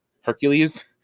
Hercules